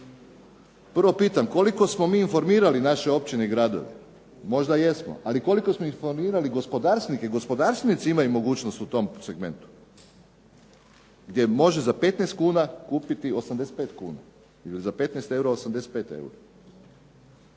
prvo pitam koliko smo mi informirali naše općine i gradove. Možda jesmo, ali koliko smo informirali gospodarstvenike. I gospodarstvenici imaju mogućnost u tom segmentu gdje može za 15 kuna kupiti 85 kuna ili za 15 eura 85 eura.